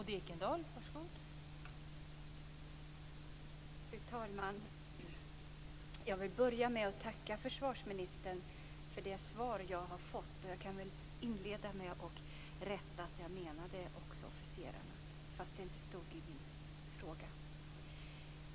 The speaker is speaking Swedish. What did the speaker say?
Fru talman! Jag vill börja med att tacka försvarsministern för det svar som jag har fått. Och så kan jag säga att jag menade också officerarna fast det inte stod i min interpellation.